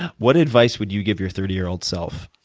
what advice would you give your thirty year old self?